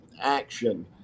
action